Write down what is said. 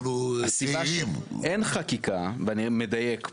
אין חקיקה, ואני מדייק פה.